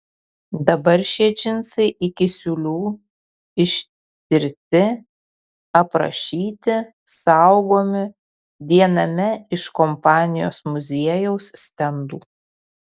dabar šie džinsai iki siūlių ištirti ir aprašyti saugomi viename iš kompanijos muziejaus stendų